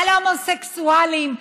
על הומוסקסואלים,